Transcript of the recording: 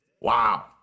Wow